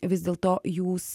vis dėlto jūs